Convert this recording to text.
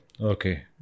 Okay